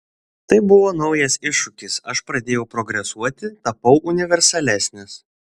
tai buvo naujas iššūkis aš pradėjau progresuoti tapau universalesnis